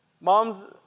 Mom's